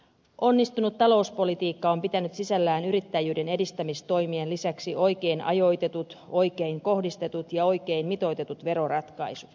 onnistunut talouspolitiikka on pitänyt sisällään yrittäjyyden edistämistoimien lisäksi oikein ajoitetut oikein kohdistetut ja oikein mitoitetut veroratkaisut